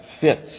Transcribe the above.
fits